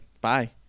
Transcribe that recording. bye